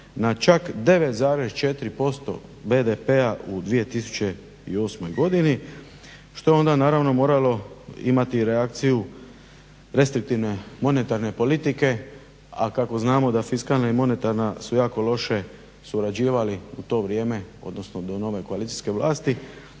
čak 9,4% BDP-a u 2008.godini što je onda naravno moralo imati reakciju restriktivne monetarne politike a kako znamo da fiskalna i monetarna su jako loše surađivali u to vrijeme odnosno do nove koalicijske vlasti